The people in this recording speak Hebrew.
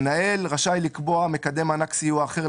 המנהל רשאי לקבוע מקדם מענק סיוע אחר,